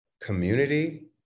community